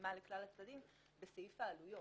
ישימה בסעיף העלויות